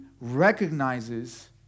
recognizes